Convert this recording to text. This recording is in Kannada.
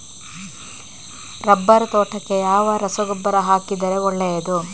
ರಬ್ಬರ್ ತೋಟಕ್ಕೆ ಯಾವ ರಸಗೊಬ್ಬರ ಹಾಕಿದರೆ ಒಳ್ಳೆಯದು?